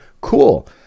Cool